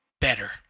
better